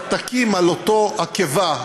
אתה תקים על אותו עקבה,